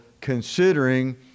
considering